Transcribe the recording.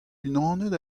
unanet